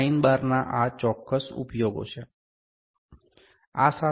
તેથી સાઇન બારના આ ચોક્કસ ઉપયોગો છે